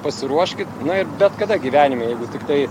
pasiruoškit na ir bet kada gyvenime jeigu tiktai